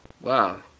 Wow